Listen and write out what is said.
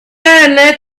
unless